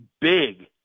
big